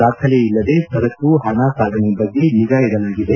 ದಾಖಲೆ ಇಲ್ಲದೆ ಸರಕು ಪಣ ಸಾಗಣೆ ಬಗ್ಗೆ ನಿಗಾ ಇಡಲಾಗಿದೆ